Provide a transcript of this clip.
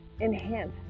enhance